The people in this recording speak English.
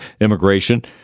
immigration